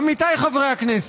עמיתיי חברי הכנסת,